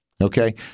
Okay